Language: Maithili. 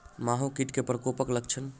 माहो कीट केँ प्रकोपक लक्षण?